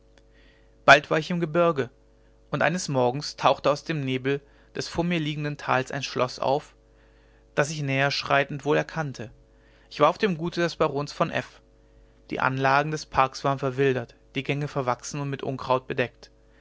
bald war ich im gebirge und eines morgens tauchte aus dem nebel des vor mir liegenden tals ein schloß auf das ich näherschreitend wohl erkannte ich war auf dem gute des barons von f die anlagen des parks waren verwildert die gänge verwachsen und mit unkraut bedeckt